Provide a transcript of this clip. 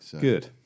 Good